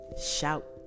shout